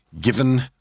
given